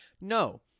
No